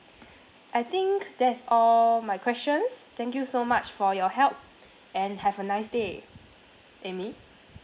I think that is all my questions thank you so much for your help and have a nice day amy